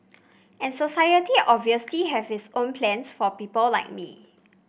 and society obviously have its own plans for people like me